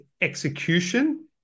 execution